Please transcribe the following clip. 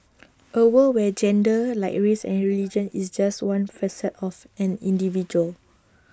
A world where gender like race and religion is just one facet of an individual